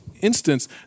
instance